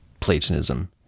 Platonism